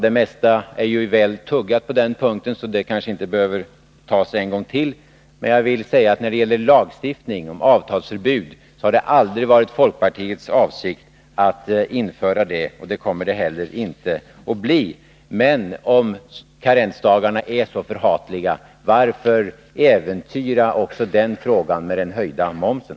Det mesta är ju väl tuggat på den punkten, så det behöver kanske inte tas om. Det har emellertid aldrig varit folkpartiets avsikt att införa lagstiftning om avtalsförbud, och vi kommer inte att medverka till det. Men om karensdagarna är så förhatliga, varför då äventyra också den frågan med den höjda momsen?